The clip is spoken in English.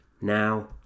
Now